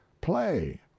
play